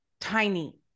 tiny